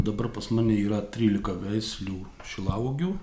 dabar pas mane yra trylika veislių šilauogių